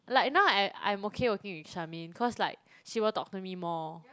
like now I I'm okay working with Charmaine cause like she will talk to me more